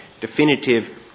definitive